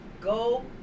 Go